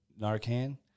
Narcan